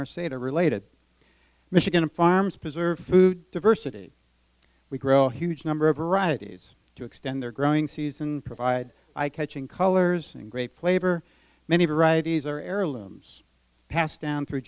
our state a related michigan farms preserve food diversity we grow huge number of varieties to extend their growing season provide i catch in colors great flavor many varieties are heirlooms passed down thr